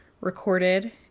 recorded